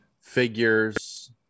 figures